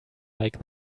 like